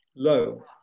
low